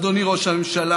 אדוני ראש הממשלה: